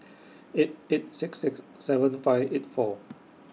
eight eight six six seven five eight four